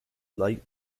light